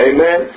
Amen